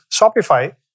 Shopify